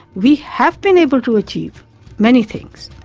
we have been able to achieve many things.